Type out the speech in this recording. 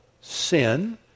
sin